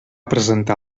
presentar